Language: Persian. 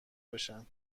بشن